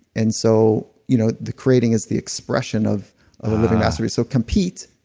and so you know the creating is the expression of a living masterpiece. so compete,